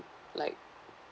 like